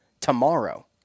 tomorrow